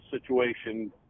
situation